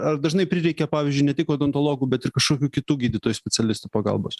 ar dažnai prireikia pavyzdžiui ne tik odontologų bet ir kažkokių kitų gydytojų specialistų pagalbos